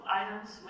items